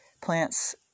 plants